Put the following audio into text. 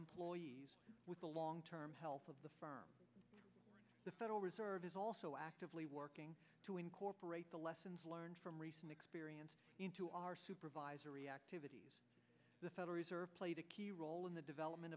employees with the long term health of the firm the federal reserve is also actively working to incorporate the lessons learned from recent experience into our supervisory activities the federal reserve played a key role in the development